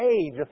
age